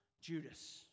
Judas